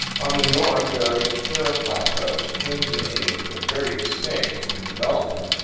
on the north there is a pair of plateaus, twins in age, but very distinct in development,